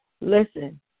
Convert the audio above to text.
Listen